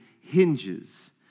hinges